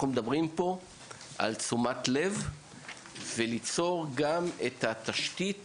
אנחנו מדברים פה על תשומת לב וליצור גם את התשתית